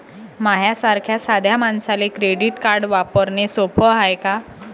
माह्या सारख्या साध्या मानसाले क्रेडिट कार्ड वापरने सोपं हाय का?